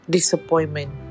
Disappointment